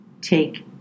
take